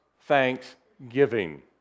thanksgiving